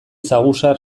saguzar